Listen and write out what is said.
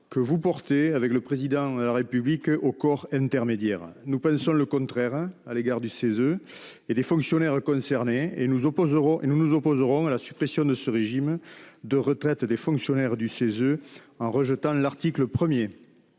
que vous portez avec le président de la République au corps intermédiaires. Nous pensons le contraire hein à l'égard du CESE et des fonctionnaires concernés et nous opposerons et nous nous opposerons à la suppression de ce régime de retraite des fonctionnaires du CESE en rejetant l'article 1er.